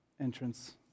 entrance